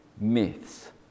myths